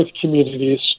communities